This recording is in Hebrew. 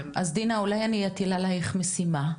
אז דינה אולי אני אטיל עלייך משימה?